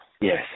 Yes